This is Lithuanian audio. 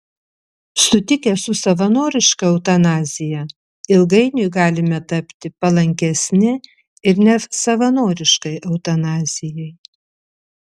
sutikę su savanoriška eutanazija ilgainiui galime tapti palankesni ir nesavanoriškai eutanazijai